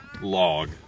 log